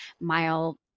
mile